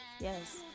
Yes